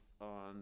on